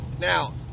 Now